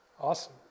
Awesome